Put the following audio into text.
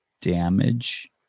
damage